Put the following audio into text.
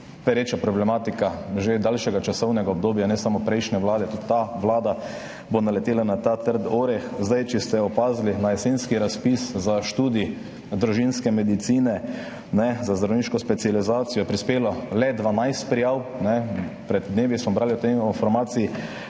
pereča problematika že daljšega časovnega obdobja, ne samo prejšnje vlade. Tudi ta vlada bo naletela na ta trdi oreh. Če ste opazili, na jesenski razpis za študij družinske medicine za zdravniško specializacijo je prispelo le 12 prijav. Pred dnevi smo brali o tej informaciji,